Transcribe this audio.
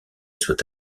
soit